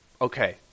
Okay